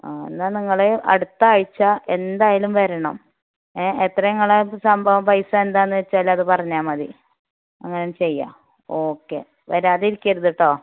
ആ എന്നാൽ നിങ്ങൾ അടുത്ത ആഴ്ച്ച എന്തായാലും വരണം ഏ എത്ര നിങ്ങൾ ശമ്പളം പൈസ എന്താണെന്ന് വെച്ചാൽ അത് പറഞ്ഞാൽ മതി അങ്ങനെ ചെയ്യാം ഓക്കെ വരാതിരിക്കരുത് കേട്ടോ